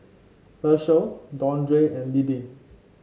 Hershell Dondre and Liddie